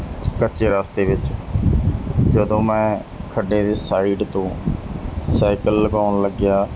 ਕੱਚੇ ਰਸਤੇ ਵਿੱਚ ਜਦੋਂ ਮੈਂ ਖੱਡੇ ਦੀ ਸਾਈਡ ਤੋਂ ਸਾਈਕਲ ਲੰਘਾਉਣ ਲੱਗਿਆ